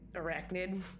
arachnid